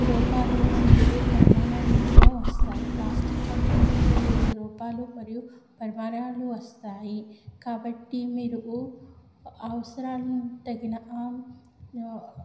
రూపాలు మరియు పరిమాణాల్లో వస్తాయి ప్లాస్టిక్ కంటెంట్లు వివిధ రూపాలు మరియు పరిమాణాలు వస్తాయి కాబట్టి మీరు అవసరాలను తగిన